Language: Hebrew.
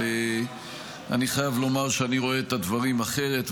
אבל אני חייב לומר שאני רואה את הדברים אחרת.